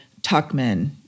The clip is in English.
Tuckman